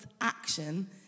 action